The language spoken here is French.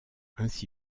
ainsi